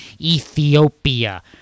ethiopia